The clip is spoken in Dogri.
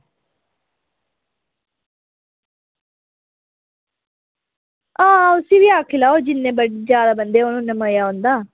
आं उसी बी आक्खी लैओ जिन्ने जादै बंदे होंदे उन्ना गै